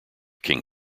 king